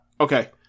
Okay